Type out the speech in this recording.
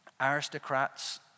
aristocrats